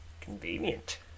Convenient